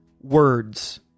words